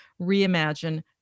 reimagine